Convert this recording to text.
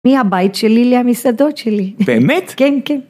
‫מי הבית שלי למסעדות שלי. ‫-באמת? ‫-כן, כן.